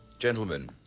gentlemen,